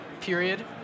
period